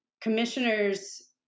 commissioners